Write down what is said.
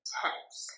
tense